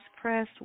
press